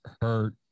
hurt